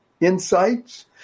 insights